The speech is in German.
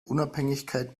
unabhängigkeit